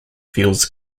feels